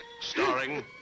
Starring